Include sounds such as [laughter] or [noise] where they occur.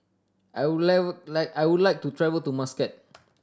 I would live [unintelligible] I would like to travel to Muscat